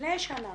לפני שנה